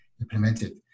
implemented